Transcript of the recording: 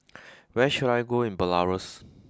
where should I go in Belarus